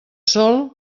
sol